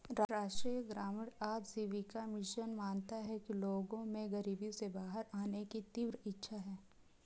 राष्ट्रीय ग्रामीण आजीविका मिशन मानता है कि लोगों में गरीबी से बाहर आने की तीव्र इच्छा है